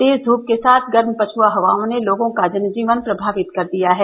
तेज धूप के साथ गर्म पछुआ हवाओं ने लोगों का जन जीवन प्रभावित केर दिया है